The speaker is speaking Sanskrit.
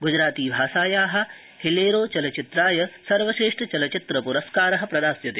गुजराती भाषाया हिलेरो चलचित्राय सर्वश्रेष्ठचलचित्रप्रस्कार प्रधास्यते